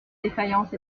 défaillance